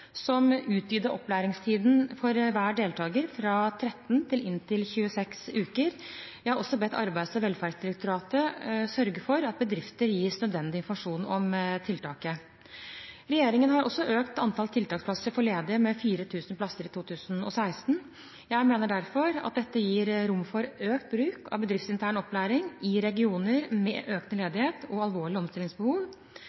som utvider opplæringstiden for hver deltaker fra 13 til inntil 26 uker. Jeg har også bedt Arbeids- og velferdsdirektoratet sørge for at bedrifter gis nødvendig informasjon om tiltaket. Regjeringen har også økt antall tiltaksplasser for ledige med 4 000 plasser i 2016. Jeg mener derfor at dette gir rom for økt bruk av bedriftsintern opplæring i regioner med økende